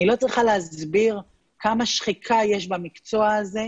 אני לא צריכה להסביר כמה שחיקה יש במקצוע הזה.